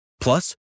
Plus